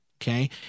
Okay